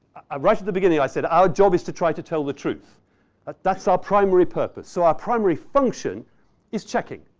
i'm right at the beginning i said, our job is to try to tell the truth. but ah that's our primary purpose. so, our primary function is checking.